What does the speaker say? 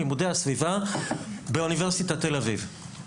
לימודי הסביבה באוניברסיטת תל אביב,